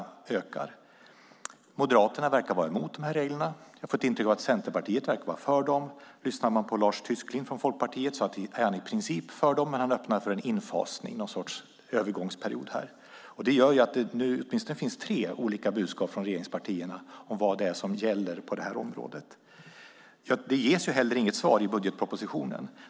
Moderaterna verkar vara emot dessa regler. Jag har fått intrycket att Centerpartiet är för dem. Lars Tysklind från Folkpartiet säger att han i princip är för dem men öppnar för en infasning, någon sorts övergångsperiod. Det gör att det åtminstone finns tre olika budskap från regeringspartierna om vad det är som gäller på det här området. Det ges heller inget svar i budgetpropositionen.